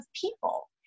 people